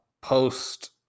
post